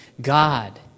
god